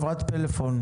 מנכ"ל רשות ההסתדרות